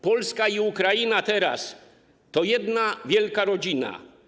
Polska i Ukraina teraz to jedna wielka rodzina.